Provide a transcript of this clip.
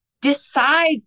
decide